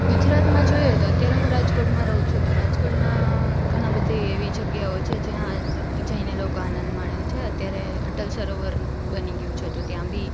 ગુજરાતમાં જોઈએ તો અત્યારે હું રાજકોટમાં રહું છું તો રાજકોટના ઘણાં બધે એવી જગ્યાઓ છે જયાં જઈને લોકો આનંદ માણે છે અત્યારે અટલ સરોવર બની ગયું છે તો ત્યાંભી